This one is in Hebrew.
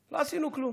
כלום.